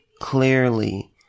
clearly